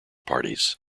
parties